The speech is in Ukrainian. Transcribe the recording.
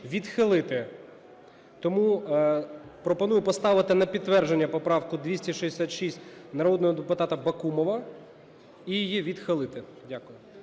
Тому пропоную поставити на підтвердження поправку 266 народного депутата Бакумова і її відхилити. Дякую.